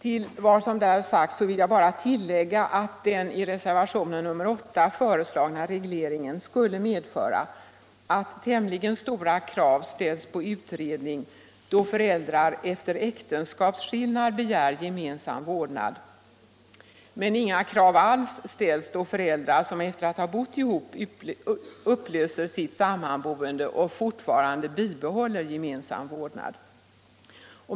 Till vad som där sagts vill jag bara tillägga att den i reservationen 8 föreslagna regleringen skulle medföra att tämligen stora krav ställs på utredning, då föräldrar efter äktenskapsskillnad begär gemensam vårdnad, medan inga krav alls ställs när föräldrar, efter att ha bott ihop, upplöser sitt sammanboende och fortfarande bibehåller gemensam vårdnad.